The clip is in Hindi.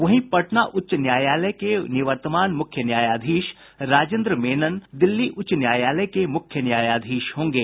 वहीं पटना उच्च न्यायालय के निवर्त्तमान मुख्य न्यायाधीश राजेन्द्र मेनन दिल्ली उच्च न्यायालय के नये मुख्य न्यायाधीश होंगे